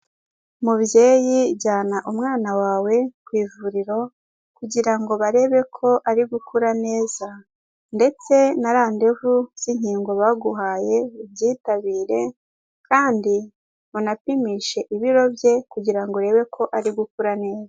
Mubyeyi jyana umwana wawe ku ivuriro, kugira ngo barebe ko ari gukura neza ndetse na randevu z'inkingo baguhaye ubyitabire kandi unapimishe ibiro bye kugira urebe ko ari gukura neza.